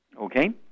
Okay